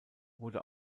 wurde